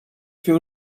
fait